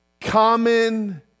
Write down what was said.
Common